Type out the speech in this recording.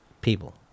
people